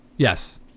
Yes